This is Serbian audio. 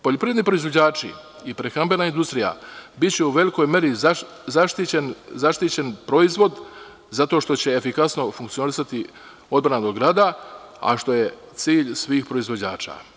Poljoprivredni proizvođači i prehrambena industrija biće u velikoj meri zaštićen proizvod zato što će efikasno funkcionisati odbrana od grada, a što je cilj svih proizvođača.